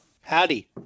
Howdy